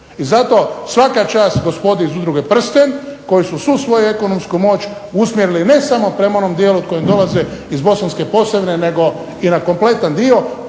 I zato svaka čast gospodi iz udruge "Prsten", koji su svoju ekonomsku moć usmjerili ne samo prema onom dijelu od kojeg dolaze iz bosanske Posavine, nego i na kompletan dio,